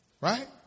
Right